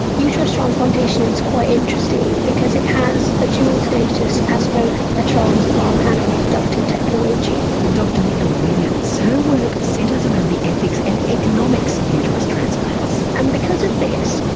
uterus transplantation is quite interesting because it has a dual status as both a transplant and a reproductive technology. dr nicola williams. her work centres around the ethics and economics of uterus transplants. and because of this,